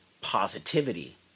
positivity